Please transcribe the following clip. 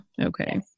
okay